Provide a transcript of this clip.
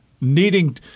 needing